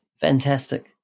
Fantastic